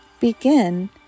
Begin